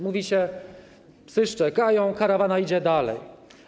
Mówi się: psy szczekają, karawana idzie dalej.